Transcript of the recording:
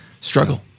Struggle